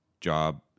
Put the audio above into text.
job